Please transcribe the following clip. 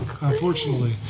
unfortunately